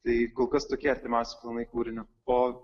tai kol kas tokie artimiausi planai kūrinio o